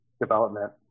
development